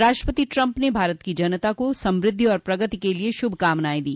राष्ट्रपति ट्रंप ने भारत की जनता को समद्धि और प्रगति के लिए श्रभकामनाएं दी